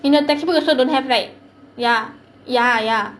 in the textbook also don't have right ya ya ya